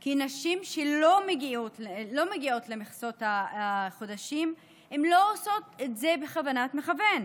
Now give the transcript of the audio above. כי נשים שלא מגיעות למכסת החודשים לא עושות את זה בכוונת מכוון.